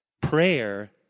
Prayer